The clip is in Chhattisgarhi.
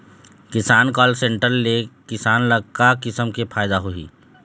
किसान कॉल सेंटर ले किसान ल का किसम के फायदा होही?